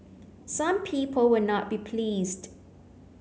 some people will not be pleased